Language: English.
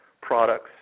products